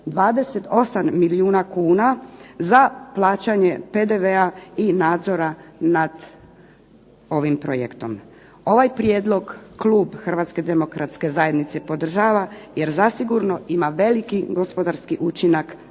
28 milijuna kuna za plaćanje PDV-a i nadzora nad ovim projektom. Ovaj prijedlog klub Hrvatske demokratske zajednice podržava jer zasigurno ima veliki gospodarski učinak za